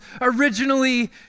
originally